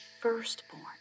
firstborn